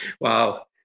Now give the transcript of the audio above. Wow